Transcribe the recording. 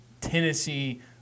Tennessee